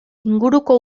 inguruko